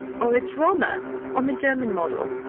or a drama on the german model,